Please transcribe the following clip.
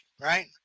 right